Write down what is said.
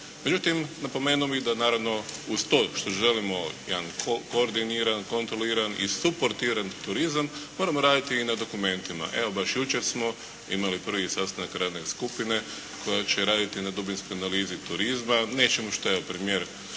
Međutim, napomenuo bih da naravno uz to što želimo jedna koordiniran, kontroliran i suportiran turizam moramo raditi i na dokumentima. Evo, baš jučer smo imali prvi sastanak radne skupine koja će raditi na dubinskoj analizi turizma, nečemu što je evo